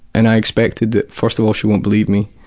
and i expected first of all, she won't believe me,